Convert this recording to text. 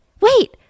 wait